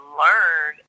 learn